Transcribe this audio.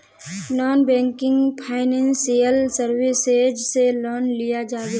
Non banking financial services से loan लिया जाबे?